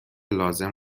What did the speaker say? لازم